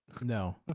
no